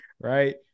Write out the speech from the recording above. right